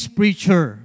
preacher